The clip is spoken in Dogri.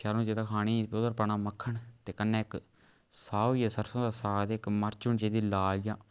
शैल होना चाहिदा खाने ओह्दे'र पाना मक्खन ते कन्नै इक साग होई गेआ सरसों दा साग इक मर्च होनी चाहिदी लाल जां